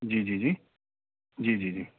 जी जी जी जी जी जी